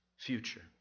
Future